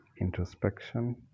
introspection